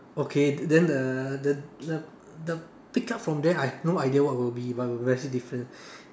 okay then the the the the pick up from there I have no idea what would it be but will be very different